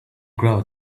grow